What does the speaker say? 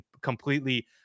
completely